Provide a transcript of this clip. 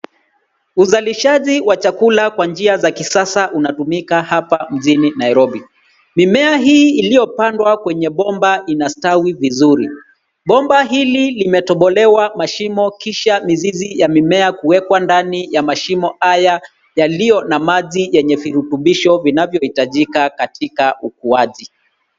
Uzalishaji wa chakula kwa njia za kisasa unatumika hapa mjini Nairobi. Mimea hii iliopandwa kwenye bomba inastawi vizuri. Bomba hili limetobolewa mashimo kisha mizizi ya mimea kuwekwa ndani ya mashimo haya yaliyo na maji yenye virutubisho vinavyoitajika katika ukuaji.